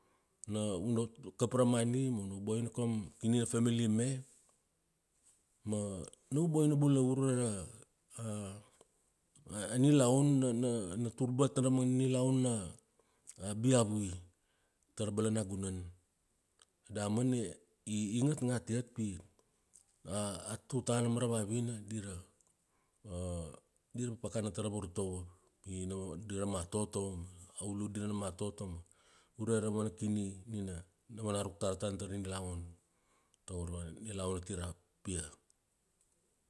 Na, una kap ra mani, mau na vaboina kaum kini na famili me, na u boina bula ure ra, a nilaun na na, na, na, turbat ra mangana nilaun na, a biavui tara balanagunan. Damana i, i ngatngat iat pi, a tutana mara vavina dira dira pakana tara vartovo pi dira matoto. Aulu dir na matoto, ure ra mana kini nina na vana ruk tar tana tago ra nilaun, tago ra nilaun ati rapia.